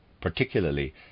particularly